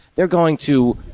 they're going to,